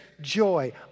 joy